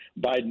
Biden